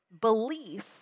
Belief